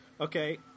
okay